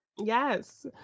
Yes